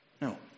no